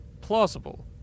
plausible